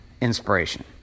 inspiration